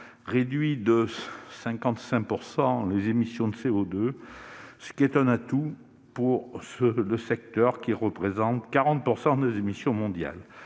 réduit de 55 % les émissions de CO2, ce qui est un atout dans un secteur qui représente 40 % des émissions mondiales.